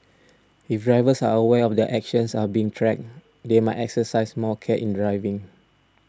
if drivers are aware that their actions are being tracked they might exercise more care in driving